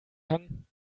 kann